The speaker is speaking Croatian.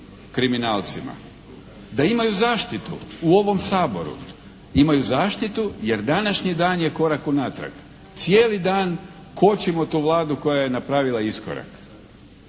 Da imaju zaštitu u ovom Saboru. Imaju zaštitu jer današnji dan je korak u natrag. Cijeli dan kočimo tu Vladu koja je napravila iskorak.